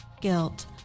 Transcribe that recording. guilt